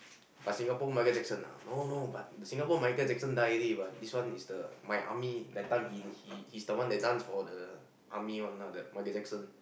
but Singapore Michael-Jackson ah no no but Singapore Michael-Jackson die already but this one is the my army that time he he he's the one that dance for the army one that Michael-Jackson